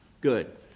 Good